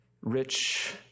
Rich